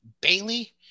Bailey